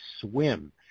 swim